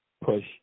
push